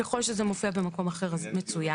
ככל שזה מופיע במקום אחר - מצוין.